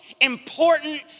important